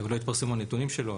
עוד לא התפרסמו הנתונים שלו,